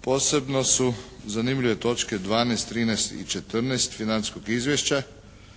Posebno su zanimljive točke 12, 13 i 14 financijskog izvješća.